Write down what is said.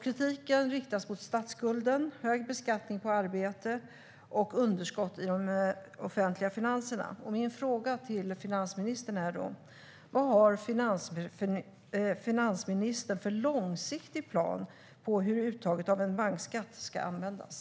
Kritik riktas mot statsskulden, den höga beskattningen på arbete och underskotten i de offentliga finanserna. Min fråga till finansministern är: Vad har finansministern för långsiktig plan för hur uttaget av en bankskatt ska användas?